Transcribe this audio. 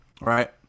right